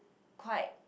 quite